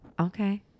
Okay